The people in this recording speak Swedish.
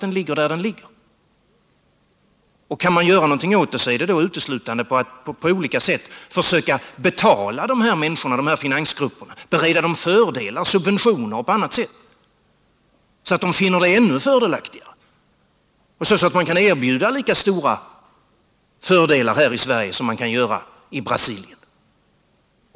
Då blir slutsatsen att om man kan göra någonting åt detta, då består det uteslutande i att man på olika sätt skall försöka betala dessa människor och dessa finansgrupper och bereda dem fördelar i form av subventioner eller genom andra åtgärder, så att de finner det ännu fördelaktigare här i Sverige och så att man kan erbjuda dem lika stora fördelar här som de kan få i exempelvis Brasilien.